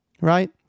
Right